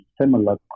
similar